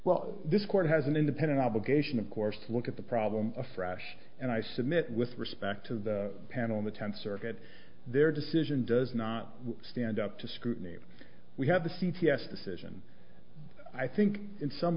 well this court has an independent obligation of course to look at the problem afresh and i submit with respect to the panel in the tenth circuit their decision does not stand up to scrutiny we have the c t s decision i think in some